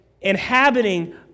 inhabiting